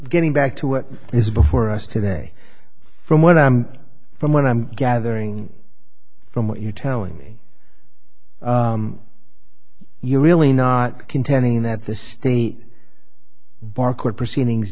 getting back to what is before us today from what i'm from what i'm gathering from what you're telling me you're really not contending that the state bar court proceedings